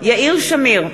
יאיר שמיר,